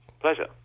Pleasure